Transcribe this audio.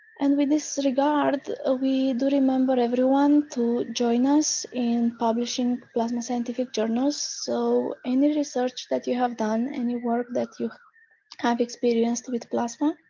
and with this regard, ah we do remember everyone to join us in publishing plasma scientific journals. so any research that you have done any work that you have experienced with plasma,